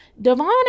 Devon